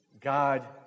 God